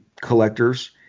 collectors